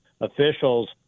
officials